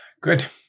Good